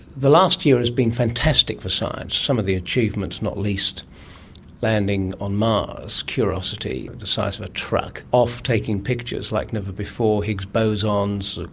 the last year has been fantastic for science, some of the achievements, not least landing on mars, curiosity, the size of a truck, off taking pictures like never before, higgs bosons,